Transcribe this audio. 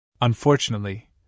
Unfortunately